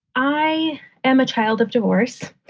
i am a child of divorce.